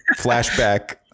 flashback